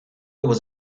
was